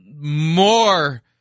more